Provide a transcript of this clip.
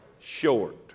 short